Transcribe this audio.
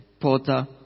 porter